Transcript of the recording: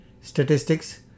Statistics